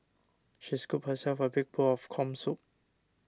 she scooped herself a big bowl of Corn Soup